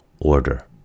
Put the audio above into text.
order